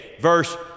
verse